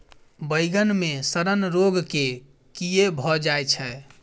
बइगन मे सड़न रोग केँ कीए भऽ जाय छै?